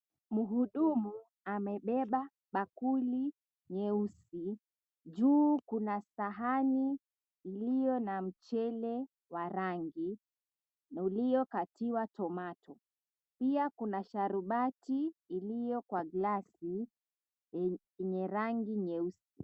Mhudumu amebeba bakuli nyeusi. Juu kuna sahani iliyo na mchele wa rangi na uliokatiwa tomato . Pia kuna sharubati iliyo kwa glasi yenye rangi nyeusi.